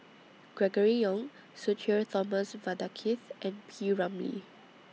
Gregory Yong Sudhir Thomas Vadaketh and P Ramlee